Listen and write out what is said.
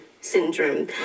Syndrome